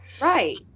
Right